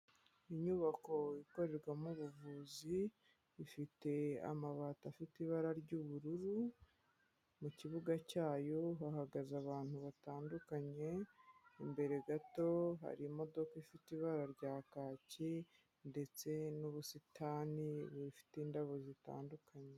Inyubako ikorerwamo ubuvuzi, ifite amabati afite ibara ry'ubururu, mu kibuga cyayo hahagaze abantu batandukanye, imbere gato hari imodoka ifite ibara rya kaki ndetse n'ubusitani bufite indabo zitandukanye.